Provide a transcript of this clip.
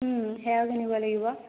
সেইয়াও কিনিব লাগিব